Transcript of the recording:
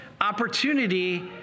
opportunity